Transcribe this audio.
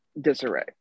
disarray